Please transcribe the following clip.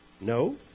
no